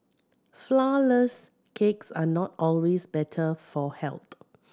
flourless cakes are not always better for health